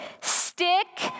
Stick